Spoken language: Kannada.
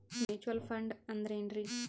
ಮ್ಯೂಚುವಲ್ ಫಂಡ ಅಂದ್ರೆನ್ರಿ?